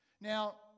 Now